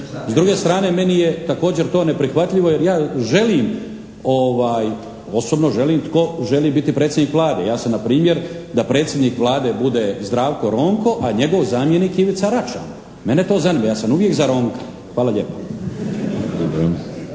S druge strane, meni je također to neprihvatljivo jer ja želim osobno želim tko želi biti predsjednik Vlade, ja sam na primjer da predsjednik Vlade bude Zdravko Ronko, a njegov zamjenik Ivica Račan. Mene to zanima, ja sam uvijek za Ronka. Hvala lijepo.